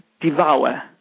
Devour